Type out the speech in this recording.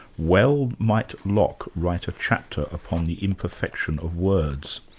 well might locke write a chapter upon the imperfection of words.